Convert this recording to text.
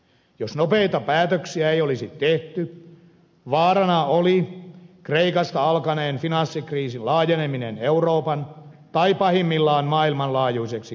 jos nopeita päätöksiä ei olisi tehty vaarana oli kreikasta alkaneen finanssikriisin laajeneminen euroopan tai pahimmillaan maailmanlaajuiseksi kriisiksi